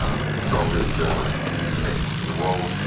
um with the strongest journalistic protections in the world,